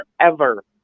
forever